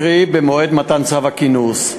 קרי במועד מתן צו הכינוס,